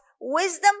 wisdom